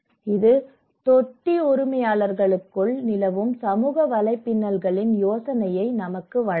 இது தொட்டி உரிமையாளர்களுக்குள் நிலவும் சமூக வலைப்பின்னல்களின் யோசனையை நமக்கு வழங்கும்